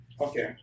Okay